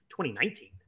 2019